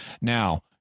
Now